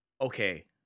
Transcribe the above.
Okay